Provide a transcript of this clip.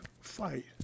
fight